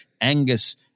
Angus